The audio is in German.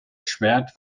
schwert